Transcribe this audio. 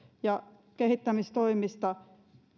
ja kehittämistoimista